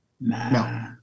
No